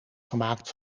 gemaakt